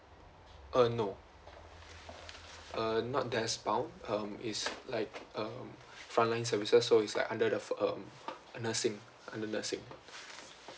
uh no uh not desk bound um is like um front line services so it's like under the um nursing under nursing